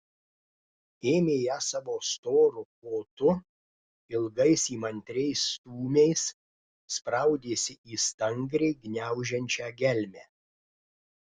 ėmė ją savo storu kotu ilgais įmantriais stūmiais spraudėsi į stangriai gniaužiančią gelmę